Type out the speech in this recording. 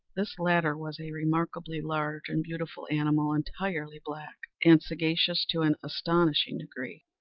this latter was a remarkably large and beautiful animal, entirely black, and sagacious to an astonishing degree.